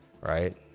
Right